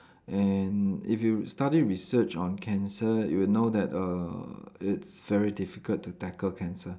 and if you study research on cancer you will know that err it's very difficult to tackle cancer